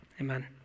Amen